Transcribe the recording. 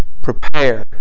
Prepare